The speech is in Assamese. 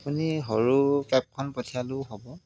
আপুনি সৰু কেবখন পঠিয়ালেও হ'ব